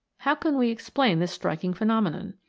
how can we explain this striking phenomenon?